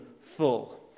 full